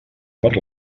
per